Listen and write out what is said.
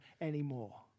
anymore